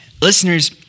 Listeners